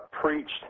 preached